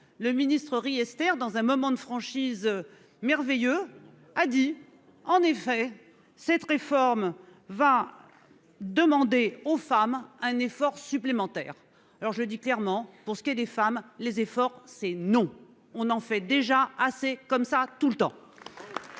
le ministre Riester dans un moment de franchise. Merveilleux, a dit en effet, cette réforme va demander aux femmes un effort supplémentaire. Alors je dis clairement pour ce qui est des femmes, les efforts c'est non, on en fait déjà assez comme ça tout le temps.